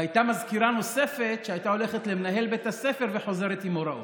והייתה מזכירה נוספת שהייתה הולכת למנהל בית הספר וחוזרת עם הוראות,